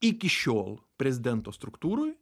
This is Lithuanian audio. iki šiol prezidento struktūroj